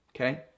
Okay